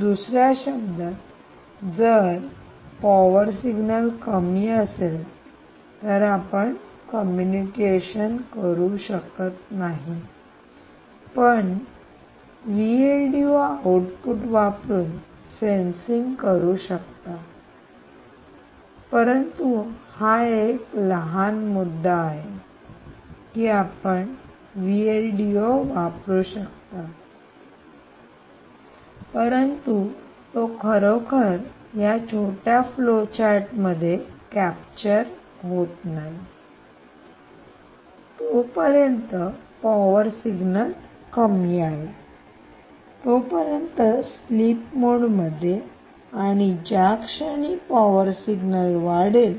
दुसर्या शब्दांत जर पॉवर सिग्नल कमी असेल तर आपण कम्युनिकेशन करू शकत नाही पण आउटपुट वापरून सेन्सिंग करू शकता परंतु हा एक लहान मुद्दा आहे की आपण वापरू शकता परंतु तो खरोखर या छोट्या फ्लोचार्ट मध्ये कॅप्चर नाही होत तर जोपर्यंत पॉवर सिग्नल कमी आहे तोपर्यंत स्लीप मोड मध्ये आणि ज्या क्षणी पॉवर सिग्नल वाढेल